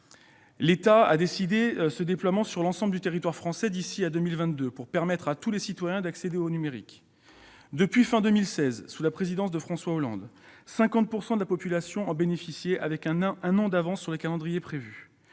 L'État a décidé un tel déploiement sur l'ensemble du territoire français d'ici à 2022 pour permettre à tous les citoyens d'accéder au numérique. Depuis la fin de l'année 2016, sous la présidence de François Hollande, 50 % de la population en bénéficie, avec un an d'avance sur le calendrier prévu.